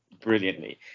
brilliantly